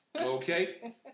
Okay